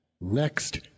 Next